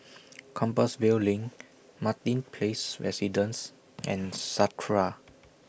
Compassvale LINK Martin Place Residences and Sakura